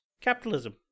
capitalism